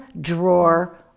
drawer